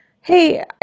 hey